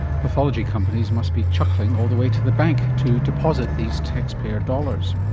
pathology companies must be chuckling all the way to the bank to deposit these taxpayer dollars.